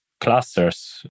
clusters